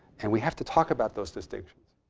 and we have to talk about those distinctions.